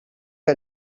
que